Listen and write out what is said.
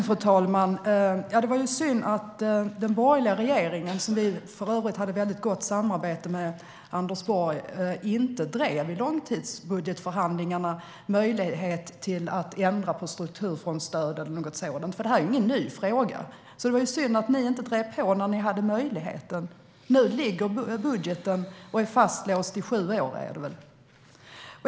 Fru talman! Det var synd att den borgerliga regeringen, där vi för övrigt hade gott samarbete med Anders Borg, i långtidsbudgetsförhandlingarna inte drev möjligheten att ändra på strukturfondsstöden eller något sådant. Detta är ju ingen ny fråga. Det var synd att ni inte drev på när ni hade möjligheten. Nu föreligger budgeten och är fastlåst i sju år, är det väl.